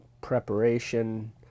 preparation